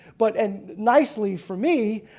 but and nicely for me,